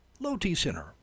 Low-T-Center